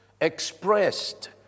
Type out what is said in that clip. expressed